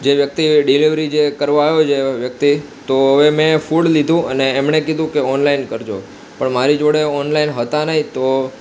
જે વ્યક્તિએ ડિલેવરી જે કરવા આવ્યો જે વ્યક્તિ તો હવે મેં ફૂડ લીધું અને એમણે કીધું કે ઓનલાઈન કરજો પણ મારી જોડે ઓનલાઈન હતા નહીં તો